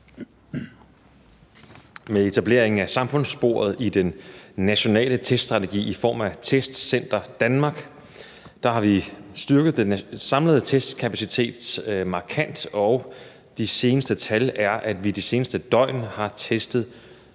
Med etableringen af samfundssporet i den nationale teststrategi i form af Testcenter Danmark har vi styrket den samlede testkapacitet markant, og det seneste tal er, at vi i det seneste døgn har testet